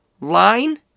line